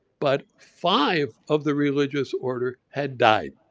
but five of the religious order had died.